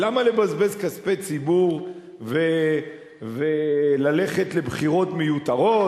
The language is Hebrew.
ולמה לבזבז כספי ציבור וללכת לבחירות מיותרות?